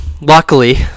luckily